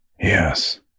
Yes